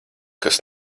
kas